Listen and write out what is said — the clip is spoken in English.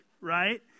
right